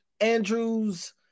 Andrews